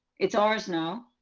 it's ours now.